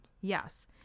Yes